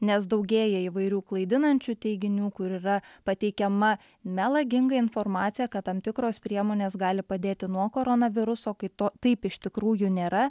nes daugėja įvairių klaidinančių teiginių kur yra pateikiama melaginga informacija kad tam tikros priemonės gali padėti nuo koronaviruso kai to taip iš tikrųjų nėra